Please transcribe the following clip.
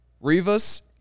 Rivas